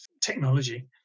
technology